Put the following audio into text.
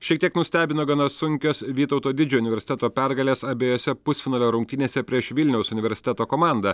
šiek tiek nustebino gana sunkios vytauto didžiojo universiteto pergalės abejose pusfinalio rungtynėse prieš vilniaus universiteto komandą